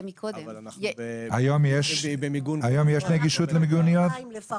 היום יש נגישות למיגוניות?